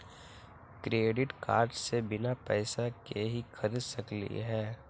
Credit card से बिना पैसे के ही खरीद सकली ह?